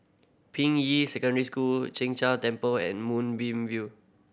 Ping Yi Secondary School Chin Jia Temple and Moonbeam View